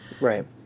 Right